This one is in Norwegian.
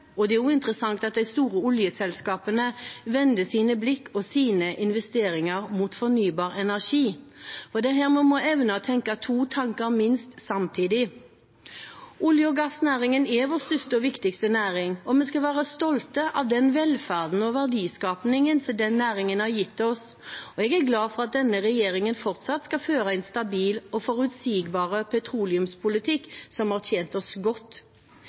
og det er også interessant at de store oljeselskapene vender sine blikk og sine investeringer mot fornybar energi, og det er her vi må evne å tenke to tanker – minst – samtidig. Olje- og gassnæringen er vår største og viktigste næring, og vi skal være stolte av den velferden og verdiskapingen som den næringen har gitt oss. Jeg er glad for at denne regjeringen fortsatt skal føre en stabil og forutsigbar petroleumspolitikk, som har tjent oss godt,